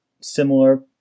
similar